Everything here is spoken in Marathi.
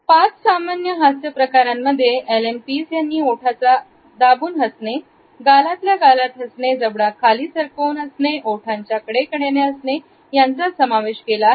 पाच सामान्य हास्य प्रकारांमध्ये एलेन पिज यांनी ओठांना दाबुन हसणे गालातल्या गालात हसणे जबडा खाली सरकवून हसणे ओठांच्या कडेकडेने हसणे यांचा समावेश केला आहे